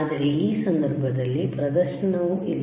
ಆದರೆ ಈ ಸಂದರ್ಭದಲ್ಲಿ ಬಲಕ್ಕೆ ಪ್ರದರ್ಶನವು ಇಲ್ಲ